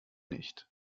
nicht